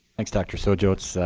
thanks dr. sojourn.